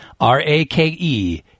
R-A-K-E